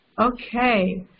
Okay